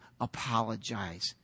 apologize